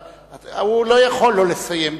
הוא לא יכול לא לסיים דיון.